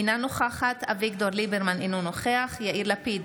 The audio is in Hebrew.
אינה נוכחת אביגדור ליברמן, אינו נוכח יאיר לפיד,